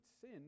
sin